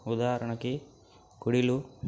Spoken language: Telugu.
ఉదాహరణకి గుళ్ళు